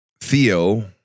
Theo